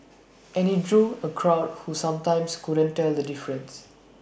and he drew A crowd who sometimes couldn't tell the difference